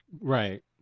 Right